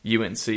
UNC